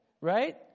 Right